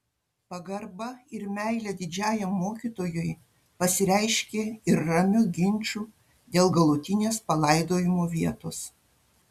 pagarba ir meilė didžiajam mokytojui pasireiškė ir ramiu ginču dėl galutinės palaidojimo vietos